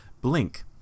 Blink